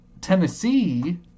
Tennessee